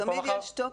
תמיד יש תוקף,